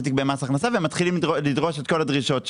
תיק במס הכנסה ומתחילים לדרוש את כל הדרישות שלנו,